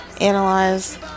analyze